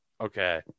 Okay